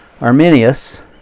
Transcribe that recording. Arminius